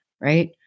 right